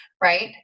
Right